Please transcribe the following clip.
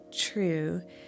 true